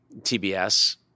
TBS